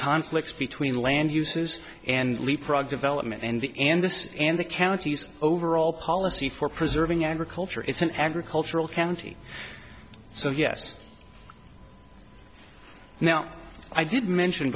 conflicts between land uses and leapfrog development and the and this and the county's overall policy for preserving agriculture it's an agricultural county so yes now i did mention